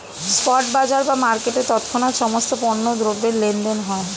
spot বাজার বা মার্কেটে তৎক্ষণাৎ সমস্ত পণ্য দ্রব্যের লেনদেন হয়